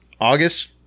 August